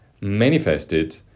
manifested